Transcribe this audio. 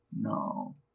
No